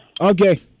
Okay